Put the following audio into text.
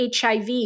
HIV